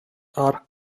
are